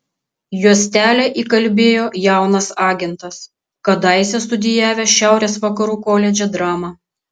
juostelę įkalbėjo jaunas agentas kadaise studijavęs šiaurės vakarų koledže dramą